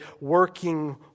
working